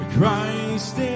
Christ